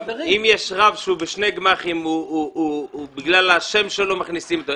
אם יש רב שהוא בשני גמ"חים ובגלל השם שלו מכניסים אותו,